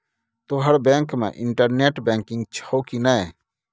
तोहर बैंक मे internet banking छौ कि नै